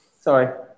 sorry